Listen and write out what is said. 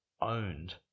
owned